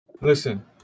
Listen